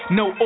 no